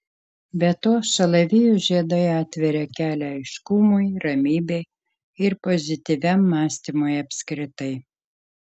be to šalavijų žiedai atveria kelią aiškumui ramybei ir pozityviam mąstymui apskritai